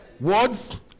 Words